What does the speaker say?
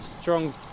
strong